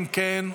אם כן,